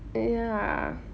ya